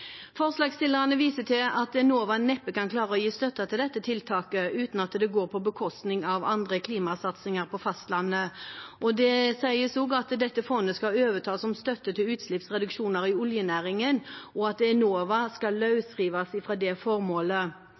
Forslagsstillerne viser til at Enova neppe kan klare å gi støtte til dette tiltaket uten at det går på bekostning av andre klimasatsninger på fastlandet. Det sies også at dette fondet skal overta som støtte til utslippsreduksjoner i oljenæringen, og at Enova skal løsrive seg fra det formålet.